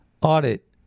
audit